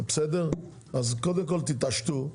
אז קודם כל תתעשתו,